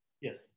Yes